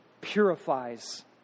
purifies